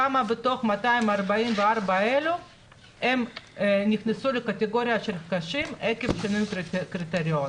כמה מתוך 244 האלו נכנסו לקטגוריה של חולים קשים עקב שינוי קריטריון?